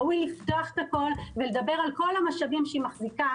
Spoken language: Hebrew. ראוי לפתוח הכול ולדבר על כל המשאבים שהיא מחזיקה,